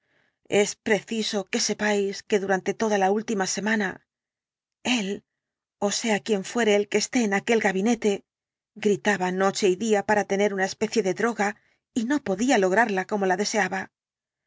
es preciso que sepáis que durante toda la última semana él ó sea quien fuere el que esté en aquel gabinete gritaba noche y día para tener una especie de droga y no podía lograrla como la deseaba